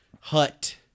hut